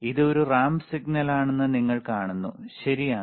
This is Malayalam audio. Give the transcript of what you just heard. ഇത് ഒരു റാമ്പ് സിഗ്നലാണെന്ന് നിങ്ങൾ കാണുന്നു ശരിയാണ്